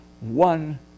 one